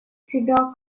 себя